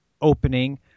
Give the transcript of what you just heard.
opening